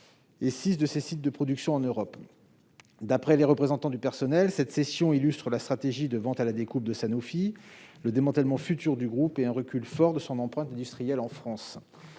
et six de ses sites de production en Europe. D'après les représentants du personnel, cette cession illustre la stratégie de « vente à la découpe » de Sanofi, le démantèlement futur du groupe et un recul fort de son empreinte industrielle en France.